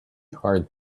hard